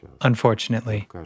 unfortunately